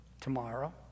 tomorrow